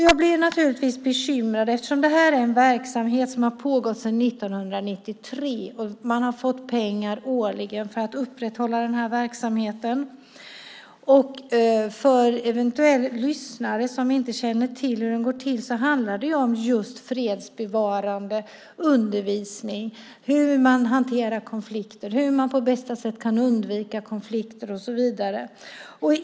Jag blir naturligtvis bekymrad, eftersom detta är en verksamhet som har pågått sedan 1993. Man har fått pengar årligen för att upprätthålla verksamheten. För eventuella lyssnare som inte känner till detta handlar det just om fredsbevarande undervisning, hur man hanterar konflikter, hur man på bästa sätt kan undvika konflikter och så vidare.